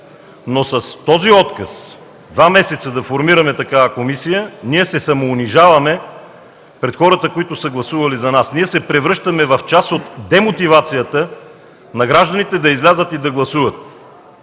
но с този отказ – два месеца да формираме такава комисия, ние се самоунижаваме пред хората, които са гласували за нас. Ние се превръщаме в част от демотивацията на гражданите да излязат и да гласуват.